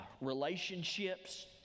relationships